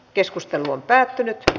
keskustelua ei syntynyt